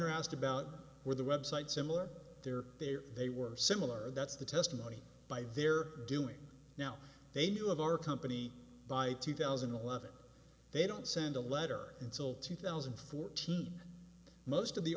honor asked about where the website similar there they are they were similar that's the testimony by they're doing now they knew of our company by two thousand and eleven they don't send a letter until two thousand and fourteen most of the